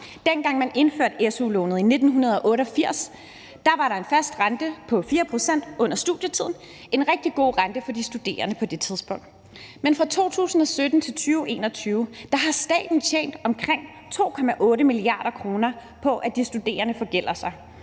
Dengang man indførte su-lånet i 1988, var der en fast rente på 4 pct. under studietiden, en rigtig god rente for de studerende på det tidspunkt, men fra 2017 til 2021 har staten tjent omkring 2,8 mia. kr. på, at de studerende forgælder sig,